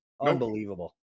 Unbelievable